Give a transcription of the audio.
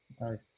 Nice